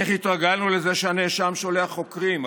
איך התרגלנו לזה שהנאשם שולח חוקרים,